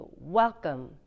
welcome